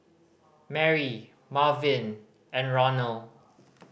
Marry Marvin and Ronal